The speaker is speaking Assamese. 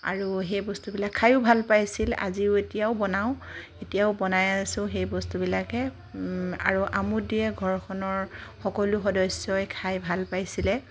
আৰু সেই বস্তুবিলাক খাইও ভাল পাইছিল আজিও এতিয়াও বনাওঁ এতিয়াও বনাই আছোঁ সেই বস্তুবিলাকে আৰু আমোদ দিয়ে ঘৰখনৰ সকলো সদস্যই খাই ভাল পাইছিলে